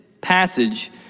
passage